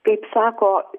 kaip sako